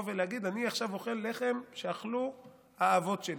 ולהגיד: אני עכשיו אוכל לחם שאכלו האבות שלי.